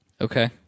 Okay